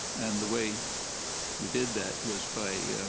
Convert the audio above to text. and the way we did that was by